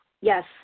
Yes